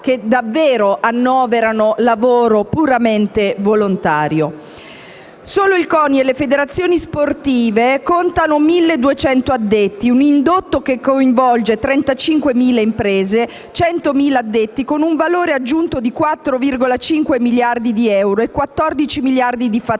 che davvero annoverano lavoro puramente volontario. Solo il CONI e le federazioni sportive contano 1.200 addetti, un indotto che coinvolge 35.000 imprese e 100.000 addetti con un valore aggiunto di 4,5 miliardi di euro e 14 miliardi di fatturato,